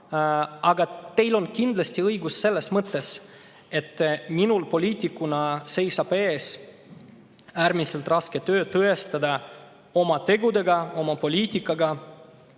Aga teil on kindlasti õigus selles mõttes, et minul poliitikuna seisab ees äärmiselt raske töö: tõestada oma tegudega, oma poliitikaga